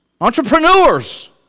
Entrepreneurs